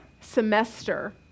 semester